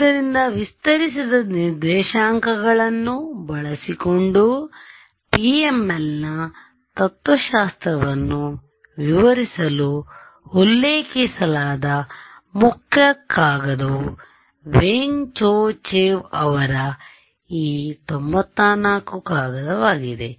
ಆದ್ದರಿಂದ ವಿಸ್ತರಿಸಿದ ನಿರ್ದೇಶಾಂಕಗಳನ್ನು ಬಳಸಿಕೊಂಡು PMLನ ತತ್ತ್ವಶಾಸ್ತ್ರವನ್ನು ವಿವರಿಸಲು ಉಲ್ಲೇಖಿಸಲಾದ ಮುಖ್ಯ ಕಾಗದವು ವೆಂಗ್ ಚೋ ಚೆವ್ ಅವರ ಈ 94 ಕಾಗದವಾಗಿದೆ